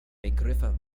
begriffe